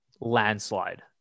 landslide